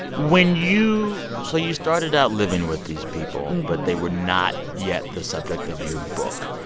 when you so you started out living with these people, but they were not yet the subject of your book.